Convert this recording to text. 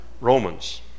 Romans